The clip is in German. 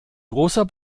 großer